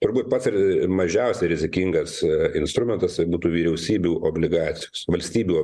turbūt pats ir mažiausiai rizikingas instrumentas būtų vyriausybių obligacijos valstybių